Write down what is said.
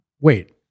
wait